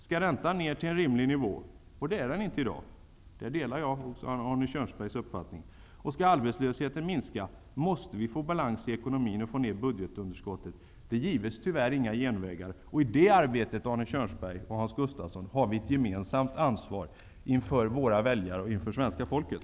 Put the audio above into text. Skall räntan komma ner till en rimlig nivå -- och på en sådan är den inte i dag, jag delar Arne Kjörnsbergs uppfattning -- och skall arbetslösheten minska, måste vi först få balans i ekonomin och få ned budgetunderskottet. Det gives tyvärr inga genvägar. I det arbetet Arne Kjörnsberg och Hans Gustafsson har vi ett gemensamt ansvar inför våra väljare och inför svenska folket.